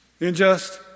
Injust